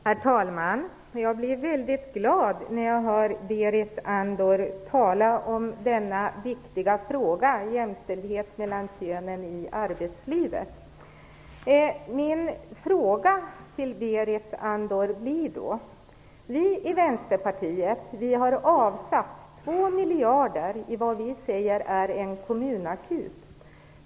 Herr talman! Jag blev mycket glad när jag hörde Berit Andnor tala om denna viktiga fråga, jämställdhet mellan könen i arbetslivet. Vänsterpartiet har avsatt 2 miljarder till det vi säger är en kommunakut.